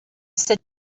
sit